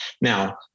Now